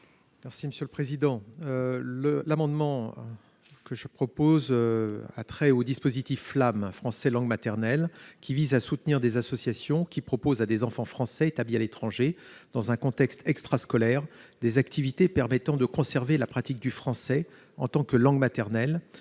M. Olivier Cadic. Cet amendement a pour objet le dispositif « Français langue maternelle » (FLAM), qui vise à soutenir des associations proposant à des enfants français établis à l'étranger, dans un contexte extrascolaire, des activités permettant de conserver la pratique du français en tant que langue maternelle